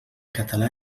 català